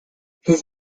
his